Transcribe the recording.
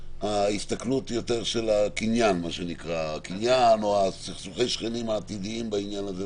ההסתכלות של הקניין או סכסוכי שכנים עתידיים בעניין הזה,